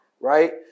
right